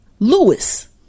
Lewis